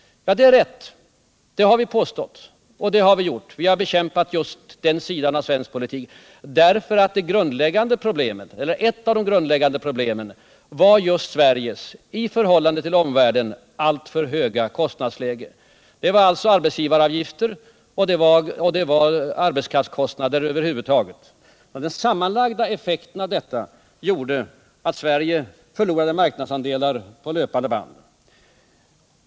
Ja, det är rätt, det har vi påstått. Just den sidan har vi bekämpat genom den ekonomiska politik som vi har fört. När vi kom i regeringsställning var just ett av de grundläggande problemen Sveriges alltför höga kostnadsläge i förhållande till omvärlden. Den sammanlagda effekten av arbetsgivaravgifter, arbetskraftskostnader och annat gjorde att Sverige förlorade marknadsandelar på löpande band.